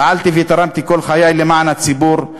פעלתי ותרמתי כל חיי למען הציבור,